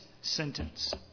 sentence